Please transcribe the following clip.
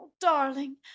darling